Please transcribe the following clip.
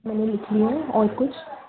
मैंने लिख लिया है और कुछ